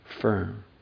firm